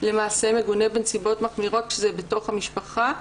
למעשה מגונה בנסיבות מחמירות כשזה בתוך המשפחה,